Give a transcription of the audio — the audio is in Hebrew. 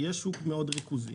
יש שוק מאוד ריכוזי.